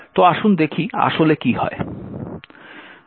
তো আসুন দেখি আসলে কী হয়